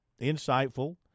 insightful